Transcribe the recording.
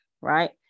right